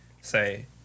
say